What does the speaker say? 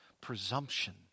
presumption